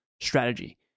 strategy